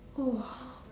!wah!